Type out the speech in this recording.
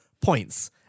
points